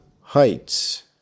Heights